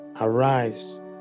arise